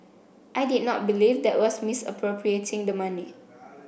I did not believe that was misappropriating the money